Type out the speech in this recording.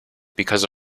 because